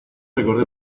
recordé